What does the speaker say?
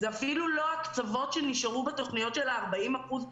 זה אפילו לא הקצוות שנשארו בתוכניות של ה-40%.